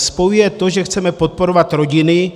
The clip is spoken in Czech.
Spojuje je to, že chceme podporovat rodiny.